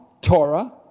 Torah